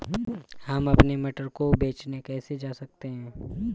हम अपने मटर को बेचने कैसे जा सकते हैं?